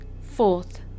Fourth